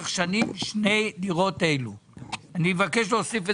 בתוכנית 5240/01 תקצוב של 55 מיליון שקלים בהרשאה